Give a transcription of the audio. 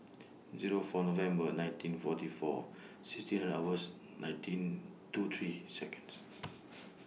Zero four November nineteen forty four sixteen hours nineteen two three Seconds